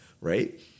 right